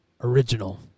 Original